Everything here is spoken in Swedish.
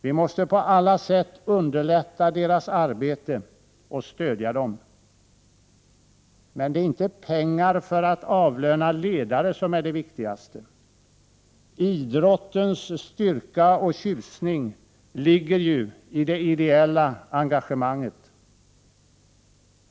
Vi måste på alla sätt underlätta deras arbete och stödja dem. Men det är inte pengar för att avlöna ledare som är det viktigaste. Idrottens styrka och tjusning ligger ju i det ideella engagemanget.